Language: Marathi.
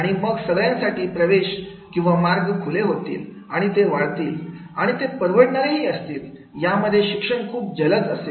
आणि मग सगळ्यांसाठी प्रवेश किंवा मार्ग खुले होतील आणि ते वाढतील आणि ते परवडणारे हि असतील यामध्ये शिक्षण खूप जलद असेल